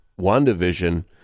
WandaVision